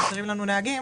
כי חסרים לנו נהגים,